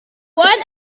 one